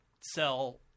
sell